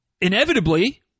inevitably